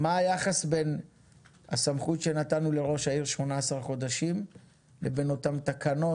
מה היחס בין הסמכות שנתנו לראש העיר 18 חודשים לבין אותן תקנות,